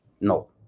No